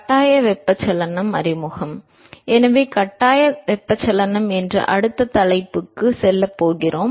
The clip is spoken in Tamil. கட்டாய வெப்பச்சலனம் அறிமுகம் எனவே கட்டாய வெப்பச்சலனம் என்ற அடுத்த தலைப்புக்கு செல்லப் போகிறோம்